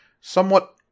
somewhat